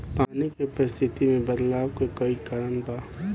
पानी के परिस्थिति में बदलाव के कई कारण बा